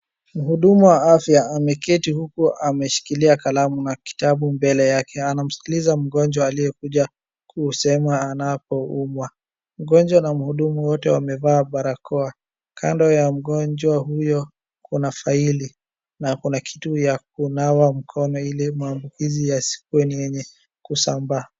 Mhudumu wa afya ameketi huku ameshikilia kitabu na kalamu. Mbele yake anamsikiliza mgonjwa aliyekuja kusema anapoumwa. Mgonjwa na mhudumu wote wamevaa barakoa. Kando ya mgonjwa huyo kuna faili na kuna kitu ya kunawa mkono ili maambukizi yasikuwe ni yenye kusambaa.